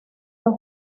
los